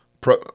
Pro-